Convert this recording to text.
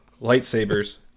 lightsabers